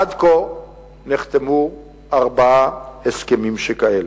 עד כה נחתמו ארבעה הסכמים כאלה.